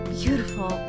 beautiful